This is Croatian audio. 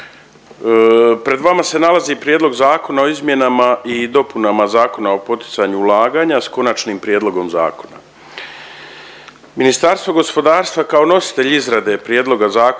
pred vama se nalazi Prijedlog zakona o izmjenama i dopunama Zakona o poticanju ulaganja s konačnim prijedlogom zakona. Ministarstvo gospodarstva kao nositelj izrade prijedloga zakona